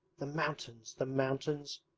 the mountains, the mountains,